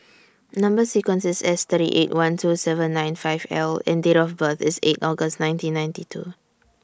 Number sequence IS S thirty eight one two seven nine five L and Date of birth IS eight August nineteen ninety two